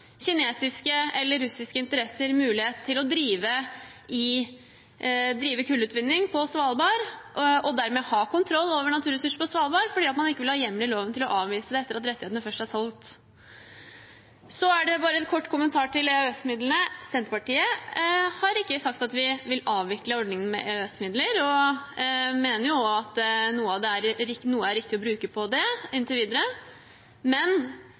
kinesiske eller russiske interesser mulighet til å drive kullutvinning på Svalbard og dermed kontroll over naturressurser på Svalbard, fordi man ikke har hjemmel i loven til å avvise det etter at rettighetene først er solgt. Så er det bare en kort kommentar om EØS-midlene. Senterpartiet har ikke sagt at vi vil avvikle ordningen med EØS-midler, og mener også at det er riktig å bruke noe på det inntil videre. Men